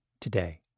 today